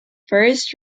first